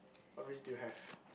what risk do you have